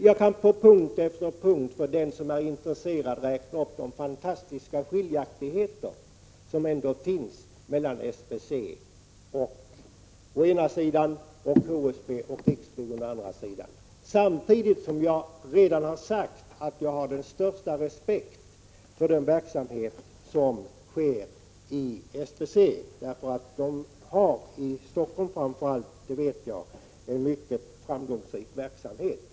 Jag kan för den som är intresserad på punkt efter punkt räkna upp de väldiga skiljaktigheter som finns mellan SBC å ena sidan och HSB och Riksbyggen å andra sidan. Samtidigt har jag redan sagt att jag har den största respekt för SBC, därför att man framför allt i Stockholm har en mycket framgångsrik verksamhet.